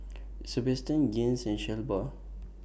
Sabastian Gaines and Shelba